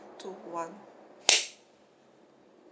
two one